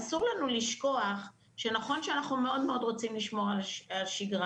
אסור לנו לשכוח שנכון שאנחנו מאוד מאוד רוצים לשמור על השגרה,